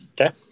Okay